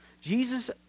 Jesus